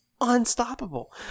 Unstoppable